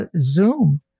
zoom